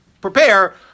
prepare